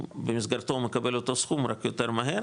שבמסגרתו הוא מקבל אותו סכום, רק יותר מהר